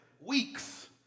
weeks